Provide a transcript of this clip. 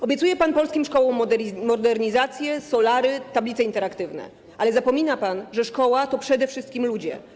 Obiecuje pan polskim szkołom modernizację, solary, tablice interaktywne, ale zapomina pan, że szkoła to przede wszystkim ludzie.